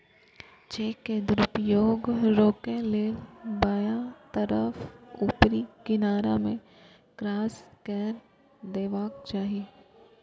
cheque के दुरुपयोग रोकै लेल बायां तरफ ऊपरी किनारा मे क्रास कैर देबाक चाही